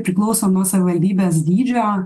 priklauso nuo savivaldybės dydžio